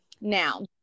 now